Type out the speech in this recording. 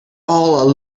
all